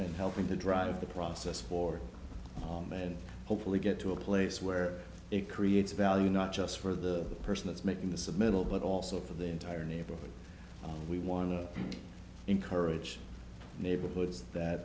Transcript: in helping to drive the process for and hopefully get to a place where it creates value not just for the person that's making the submittal but also for the entire neighborhood we want to encourage neighborhoods that